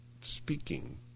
speaking